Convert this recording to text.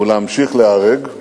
ולהמשיך להיהרג,